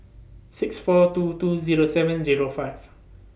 six four two two Zero seven Zero five